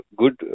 good